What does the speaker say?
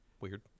weird